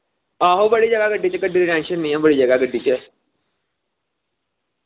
आहो बड़ी जगह गड्डी च गड्डी दी टैंशन नी ऐ बड़ी जगह ऐ गड्डी च